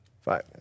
five